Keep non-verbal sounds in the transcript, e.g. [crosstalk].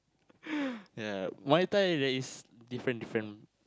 [breath] ya Muay-Thai there is different different